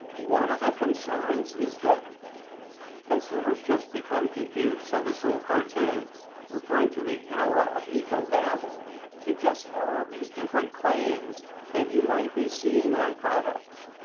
one of the concerns is that consumers just become confused, so this old cartoon referring to the tower of eco babel suggests all these different claims that you might be seeing on products,